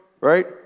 right